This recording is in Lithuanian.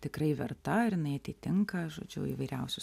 tikrai verta ir jinai atitinka žodžiu įvairiausius